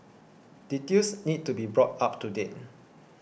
details need to be brought up to date